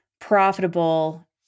profitable